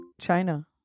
China